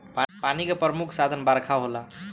पानी के प्रमुख साधन बरखा होला